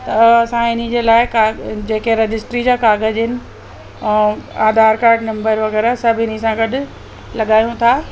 और असां इन्हीअ जे लाइ जेके रजिस्ट्री जा काग़ज़ आहिनि ऐं आधार काड नंबर वग़ैरह सभु इन्हीअ सां गॾु लॻायूं था